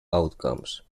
outcomes